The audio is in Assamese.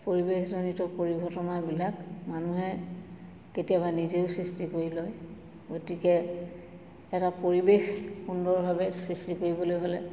পৰিৱেশজনিত পৰিঘটনাবিলাক মানুহে কেতিয়াবা নিজেও সৃষ্টি কৰি লয় গতিকে এটা পৰিৱেশ সুন্দৰভাৱে সৃষ্টি কৰিবলৈ হ'লে